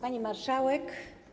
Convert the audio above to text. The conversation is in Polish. Pani Marszałek!